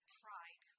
pride